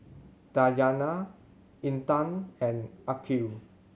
Dayana Intan and Aqil